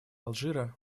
алжира